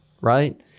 right